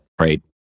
right